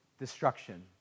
destruction